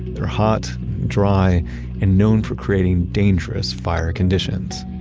they're hot dry and known for creating dangerous fire conditions.